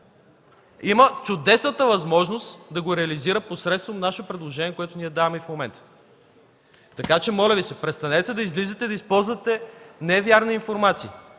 има чудесната възможност това да се реализира посредством нашето предложение, което даваме в момента. Така че, моля Ви се, престанете да излизате и да използвате невярна информация.